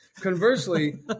Conversely